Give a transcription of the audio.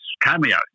cameo